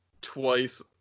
twice